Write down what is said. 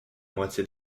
moitié